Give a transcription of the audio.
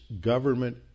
government